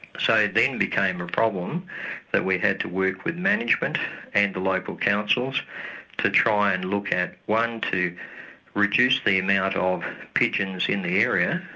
so then became the ah problem that we had to work with management and the local councils to try and look at one to reduce the amount of pigeons in the area,